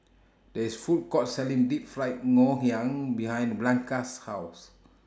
There IS A Food Court Selling Deep Fried Ngoh Hiang behind Blanca's House